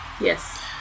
Yes